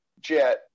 Jet